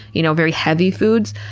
you know, very heavy foods,